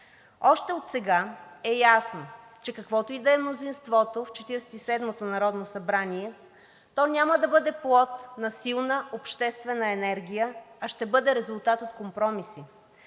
Още отсега е ясно, че каквото и да е мнозинството в Четиридесет и седмото народно събрание, то няма да бъде плод на силна обществена енергия, а ще бъде резултат от компромиси.